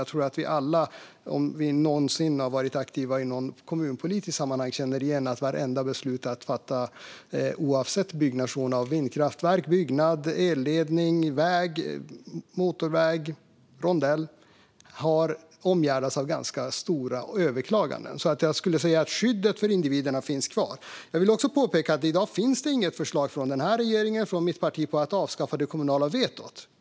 Jag tror att alla som någonsin varit aktiva i något kommunpolitiskt sammanhang känner igen att vartenda beslut om byggnation av vindkraftverk eller uppförande av byggnader, elledningar, vägar, motorvägar eller rondeller har omgärdats av ganska omfattande överklaganden. Jag skulle därför säga att skyddet för individerna finns kvar. Jag vill också påpeka att det i dag inte finns något förslag från den här regeringen eller från mitt parti på att avskaffa det kommunala vetot.